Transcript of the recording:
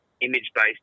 image-based